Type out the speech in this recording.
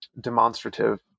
demonstrative